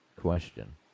question